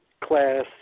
class